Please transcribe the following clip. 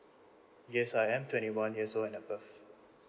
yes I am twenty one years old and above